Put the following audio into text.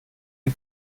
die